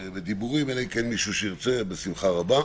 אלא אם כן מישהו ירצה, בשמחה רבה.